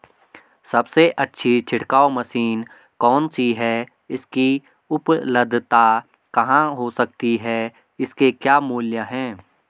सबसे अच्छी छिड़काव मशीन कौन सी है इसकी उपलधता कहाँ हो सकती है इसके क्या मूल्य हैं?